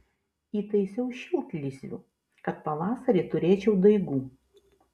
įtaisiau šiltlysvių kad pavasarį turėčiau daigų